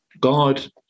God